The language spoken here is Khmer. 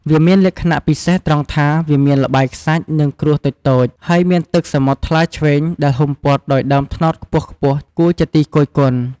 វាមានលក្ខណៈពិសេសត្រង់ថាវាមានល្បាយខ្សាច់ និងគ្រួសតូចៗ ហើយមានទឹកសមុទ្រថ្លាឈ្វេងដែលហ៊ុំព័ទ្ធដោយដើមត្នោតខ្ពស់ៗគួរជាទីគយគន់។